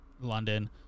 London